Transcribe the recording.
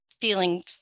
feeling